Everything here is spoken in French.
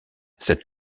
cette